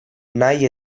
nahi